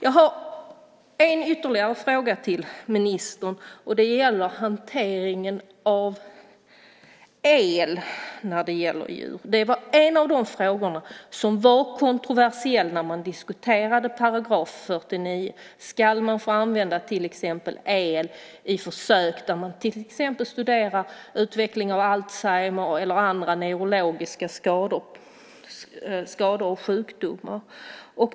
Jag har en ytterligare fråga till ministern. Den gäller hanteringen av el när det handlar om djur. Det var en av de frågor som var kontroversiell när man diskuterade § 49. Ska man få använda el i försök där man till exempel studerar utveckling av alzheimer eller andra neurologiska skador och sjukdomar?